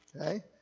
Okay